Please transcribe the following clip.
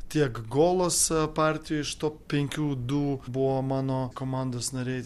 tiek golos partijoj iš to penkių dų buvo mano komandos nariai